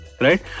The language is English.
right